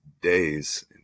days